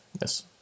yes